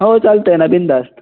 हो चालतं आहे ना बिनधास्त